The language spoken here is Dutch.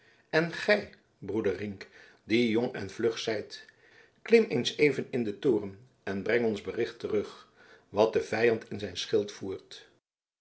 en gij broeder rienk die jong en vlug zijt klim eens even in den toren en breng ons bericht terug wat de vijand in zijn schild voert